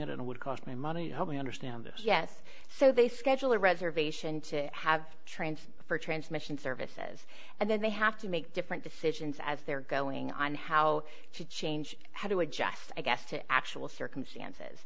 it and it would cost me money to help me understand this yes so they scheduled a reservation to have trains for transmission services and then they have to make different decisions as they're going on how to change how to adjust i guess to actual circumstances